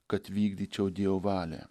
kad vykdyčiau dievo valią